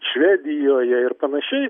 švedijoje ir panašiai